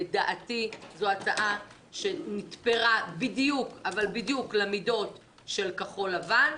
לדעתי זו הצעה שנתפרה בדיוק למידות של כחול לבן.